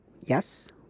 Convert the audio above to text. Yes